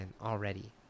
already